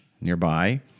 nearby